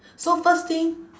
so first thing